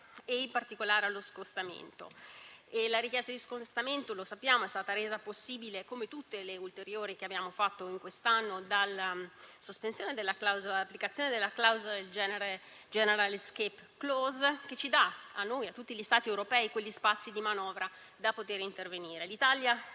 e in particolare allo scostamento, la richiesta di scostamento - lo sappiamo - è stata resa possibile, come tutte le precedenti che abbiamo approvato quest'anno, dalla applicazione della clausola del "*general escape clause"*, che dà a tutti gli Stati europei quegli spazi di manovra per poter intervenire. L'Italia